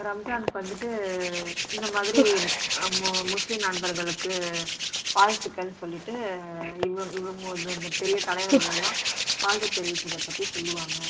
ரம்ஜான்க்கு வந்துட்டு இந்த மாதிரி நம்ம முஸ்லீம் நண்பர்களுக்கு வாழ்த்துக்கள் சொல்லிட்டு இவ்வள இவ்ளோ மொதல் அந்த பெரிய தலைவர்களெல்லாம் வாழ்த்து தெரிவிச்சதைப் பற்றி சொல்லுவாங்கள்